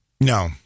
No